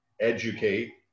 educate